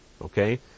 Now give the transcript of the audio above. Okay